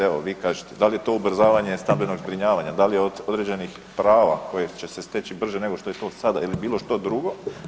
Evo, vi kažite, da li je to ubrzavanje stambenog zbrinjavanja, da li od određenih prava koje će se steći nego što je to sada ili bilo što drugo?